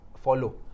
follow